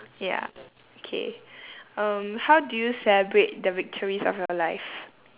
ya okay um how do you celebrate the victories of your life